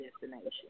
destination